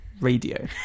radio